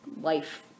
life